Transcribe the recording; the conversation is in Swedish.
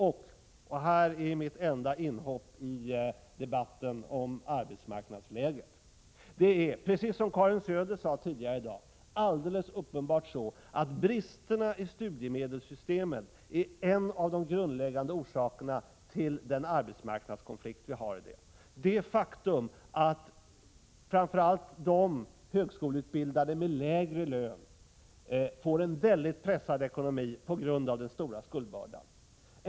Det är precis så som Karin Söder sade tidigare i dag, att bristerna i studiemedelssystemet — här gör jag mitt enda inhopp i debatten om arbetsmarknadsläget — är en av de grundläggande orsakerna till den arbetsmarknadskonflikt vi har i dag. Framför allt högskoleutbildade med lägre lön får en väldigt pressad ekonomi på grund av den stora skuldbördan.